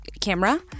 camera